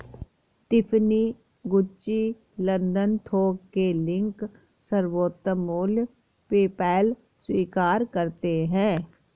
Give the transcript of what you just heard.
Tiffany, Gucci, London थोक के link, सर्वोत्तम मूल्य, पेपैल स्वीकार करते है